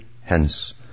hence